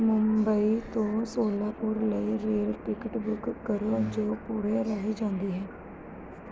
ਮੁੰਬਈ ਤੋਂ ਸੋਲਾਪੁਰ ਲਈ rail ticket book ਕਰੋ ਜੋ ਪੁਣੇ ਰਾਹੀਂ ਜਾਂਦੀ ਹੈ